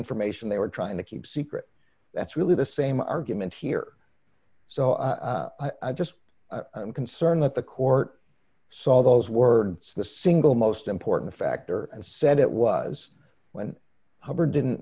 information they were trying to keep secret that's really the same argument here so i just i'm concerned that the court saw those words the single most important factor and said it was when hubbard didn't